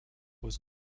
was